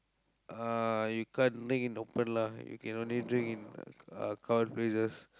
uh you can't drink in open lah you can only drink in uh covered places